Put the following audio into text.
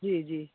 जी जी